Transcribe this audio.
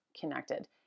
connected